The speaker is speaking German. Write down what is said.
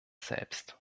selbst